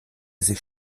sich